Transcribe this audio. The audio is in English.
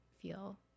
feel